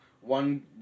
One